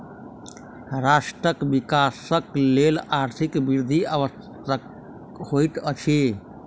राष्ट्रक विकासक लेल आर्थिक वृद्धि आवश्यक होइत अछि